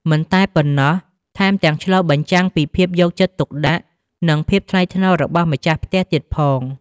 មិនតែប៉ុណ្ណោះថែមទាំងឆ្លុះបញ្ចាំងពីភាពយកចិត្តទុកដាក់ និងភាពថ្លៃថ្នូររបស់ម្ចាស់ផ្ទះទៀតផង។